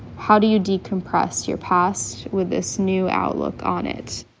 how do you decompress your past with this new outlook on it?